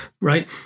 right